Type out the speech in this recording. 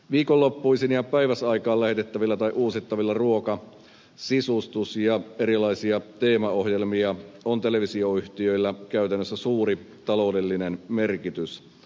viikonloppuisin ja päiväsaikaan lähetettävillä tai uusittavilla ruoka sisustus ja erilaisilla teemaohjelmilla on televisioyhtiöille käytännössä suuri taloudellinen merkitys